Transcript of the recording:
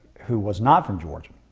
who was not from georgia,